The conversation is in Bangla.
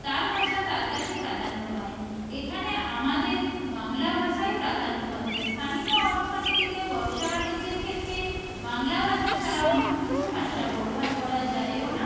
তার ভাষা তার কাছে প্রাধান্য পায় এখানে আমাদের বাংলা ভাষাই প্রাধান্য পাবে স্থানীয় অর্থনীতিতে ব্যবসা বাণিজ্যের ক্ষেত্রে বাংলা ভাষা ছাড়া অন্য কিছু ভাষা ব্যবহার করা যায়ও না